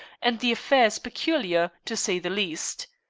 and the affair is peculiar, to say the least.